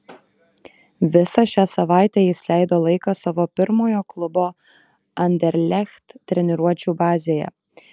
visą šią savaitę jis leido laiką savo pirmojo klubo anderlecht treniruočių bazėje